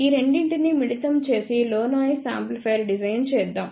ఈ రెండింటినీ మిళితం చేసి లో నాయిస్ యాంప్లిఫైయర్ డిజైన్ చేద్దాం